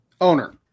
owner